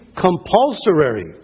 compulsory